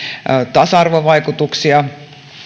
tasa arvovaikutuksia